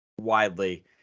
widely